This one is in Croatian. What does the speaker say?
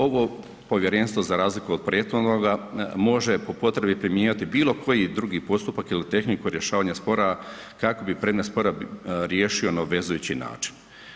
Ovo povjerenstvo, za razliku od prethodnoga, može po potrebi primjenjivati bilo koji drugi postupak ili tehniku rješavanja spora kako bi predmet spora riješio na obvezujući način.